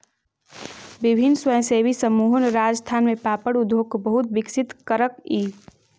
विभिन्न स्वयंसेवी समूहों ने राजस्थान में पापड़ उद्योग को बहुत विकसित करकई